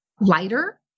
lighter